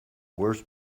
worse